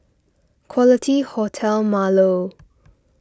Quality Hotel Marlow